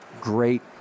great